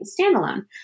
standalone